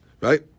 Right